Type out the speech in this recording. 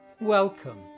Welcome